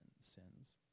sins